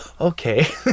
okay